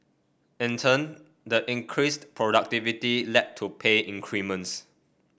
in turn the increased productivity led to pay increments